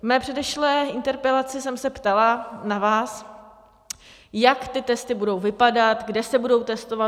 V mé předešlé interpelaci jsem se ptala na vás, jak ty testy budou vypadat, kde se budou testovat?